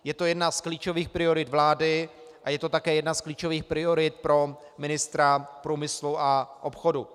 Je to jedna z klíčových priorit vlády a je to také jedna z klíčových priorit pro ministra průmyslu a obchodu.